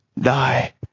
die